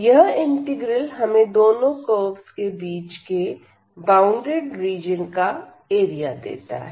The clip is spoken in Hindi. यह इंटीग्रल हमें दोनों कर्वस के बीच के बॉउंडेड रीजन का एरिया देता है